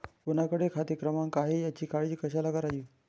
कोणाकडे खाते क्रमांक आहेत याची काळजी कशाला करावी